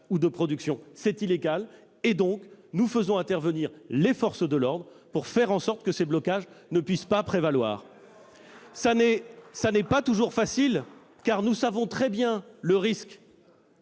ou de production. C'est illégal ; nous faisons donc intervenir les forces de l'ordre pour que ces blocages ne puissent prévaloir ! Cela n'est pas toujours facile, car nous savons très bien quel risque